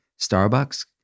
Starbucks